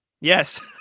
Yes